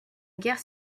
guerre